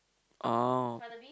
oh